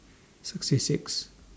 sixty Sixth